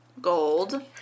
gold